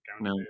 No